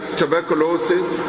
tuberculosis